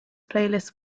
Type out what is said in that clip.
playlist